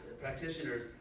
practitioners